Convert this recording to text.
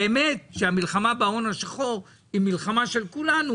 המלחמה בהון השחור היא מלחמה של כולנו.